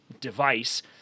device